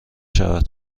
شود